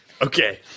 Okay